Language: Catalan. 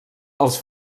els